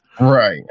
Right